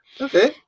Okay